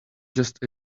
just